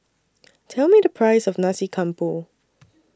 Tell Me The Price of Nasi Campur